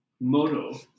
Moto